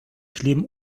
kleben